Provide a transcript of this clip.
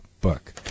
book